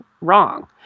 wrong